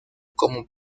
como